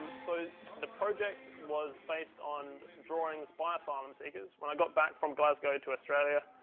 so the project was based on drawings by asylum seekers. when i got back from glasgow to australia,